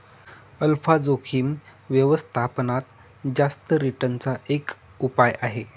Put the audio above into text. alpha जोखिम व्यवस्थापनात जास्त रिटर्न चा एक उपाय आहे